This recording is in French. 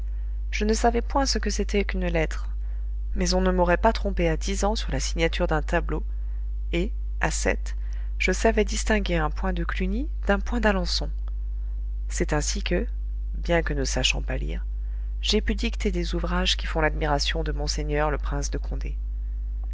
je ne savais point ce que c'était qu'une lettre mais on ne m'aurait pas trompé à dix ans sur la signature d'un tableau et à sept je savais distinguer un point de cluny d'un point d'alençon c'est ainsi que bien que ne sachant pas lire j'ai pu dicter des ouvrages qui font l'admiration de monseigneur le prince de condé